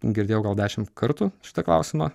girdėjau gal dešimt kartų šitą klausimą